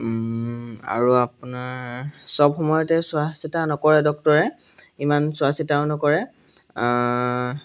আৰু আপোনাৰ সব সময়তে চোৱা চিতা নকৰে ডক্টৰে ইমান চোৱা চিতাও নকৰে